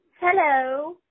Hello